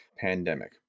pandemic